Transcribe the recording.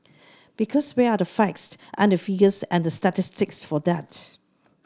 because where are the facts and the figures and the statistics for that